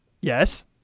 Yes